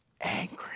angry